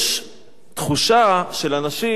יש תחושה של אנשים,